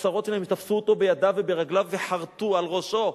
עשרות מהם תפסו אותו בידיו וברגליו וחרטו על ראשו.